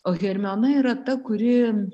o hermiona yra ta kuri